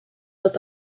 dat